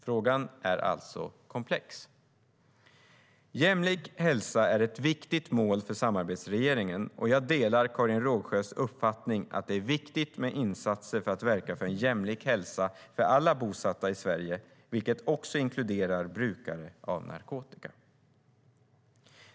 Frågan är alltså komplex. Jämlik hälsa är ett viktigt mål för samarbetsregeringen. Jag delar Karin Rågsjös uppfattning att det är viktigt med insatser för att verka för en jämlik hälsa för alla bosatta i Sverige, vilket också inkluderar brukare av narkotika.